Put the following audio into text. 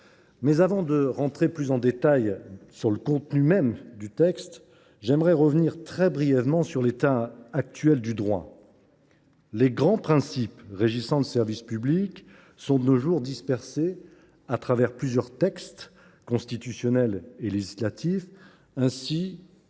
Avant d’aborder plus en détail le contenu même du texte, je reviendrai très brièvement sur l’état actuel du droit. Les grands principes régissant le service public sont, de nos jours, dispersés dans plusieurs textes constitutionnels et législatifs, ainsi